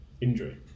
injury